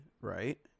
right